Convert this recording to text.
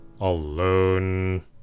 alone